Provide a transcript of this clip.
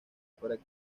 pared